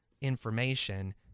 information